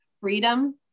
freedom